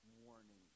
warning